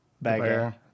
Bagger